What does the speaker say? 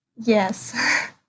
Yes